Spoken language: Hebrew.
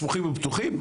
סמוכים ובטוחים,